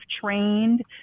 trained